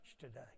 today